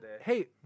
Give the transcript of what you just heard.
Hey